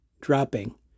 Dropping